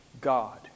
God